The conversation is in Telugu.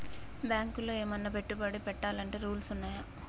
బ్యాంకులో ఏమన్నా పెట్టుబడి పెట్టాలంటే రూల్స్ ఉన్నయా?